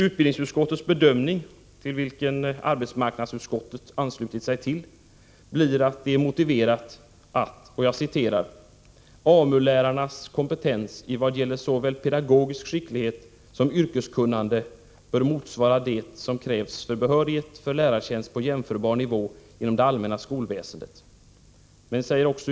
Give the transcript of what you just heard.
Utbildningsutskottets bedömning, till vilken arbetsmarknadsutskottet ansluter sig, är att det är motiverat att ”AMU-lärarnas kompetens i vad gäller såväl pedagogisk skicklighet som yrkeskunnande bör motsvara det som krävs för behörighet för lärartjänst på jämförbar nivå inom det allmänna skolväsendet”.